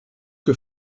que